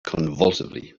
convulsively